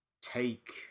take